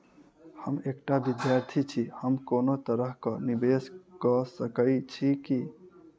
हम एकटा विधार्थी छी, हम कोनो तरह कऽ निवेश कऽ सकय छी की?